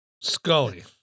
Scully